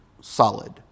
solid